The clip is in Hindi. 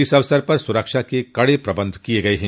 इस अवसर पर सुरक्षा के कड़े प्रबंध किये गये हैं